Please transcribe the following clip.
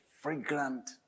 fragrant